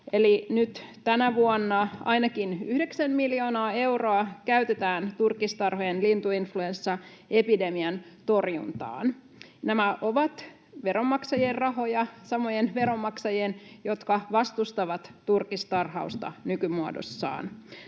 Tänä vuonna ainakin yhdeksän miljoonaa euroa käytetään turkistarhojen lintuinfluenssaepidemian torjuntaan. Nämä ovat veronmaksajien rahoja, samojen veronmaksajien, jotka vastustavat turkistarhausta nykymuodossaan.